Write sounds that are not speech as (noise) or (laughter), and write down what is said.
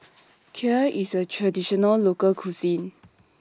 (noise) Kheer IS A Traditional Local Cuisine